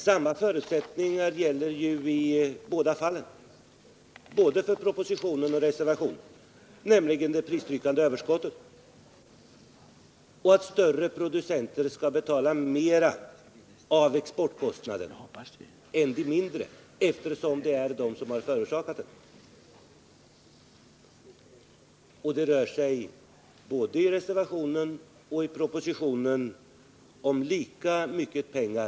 Samma förutsättningar gäller ju för propositionen och för reservationen, nämligen att man har ett prispressande överskott och att de större producenterna skall betala mera av exportkostnaderna än de mindre, eftersom det är de större producenterna som har förorsakat överskottet. Och det rör sig i bägge fallen — i reservationen och i propositionen — om lika mycket pengar.